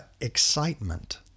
excitement